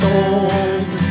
old